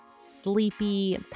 sleepy